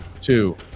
two